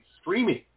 Streaming